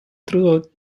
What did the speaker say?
throughout